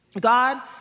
God